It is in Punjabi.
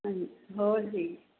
ਹਾਂਜੀ ਹੋਰ ਜੀ